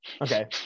Okay